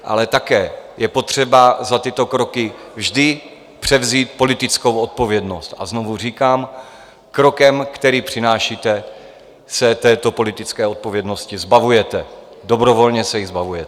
Ale také je potřeba za tyto kroky vždy převzít politickou odpovědnost, a znovu říkám krokem, který přinášíte, se této politické odpovědnosti zbavujete, dobrovolně se jí zbavujete.